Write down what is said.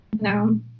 No